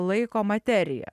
laiko materija